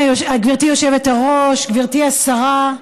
גברתי היושבת-ראש, גברתי השרה,